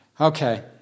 Okay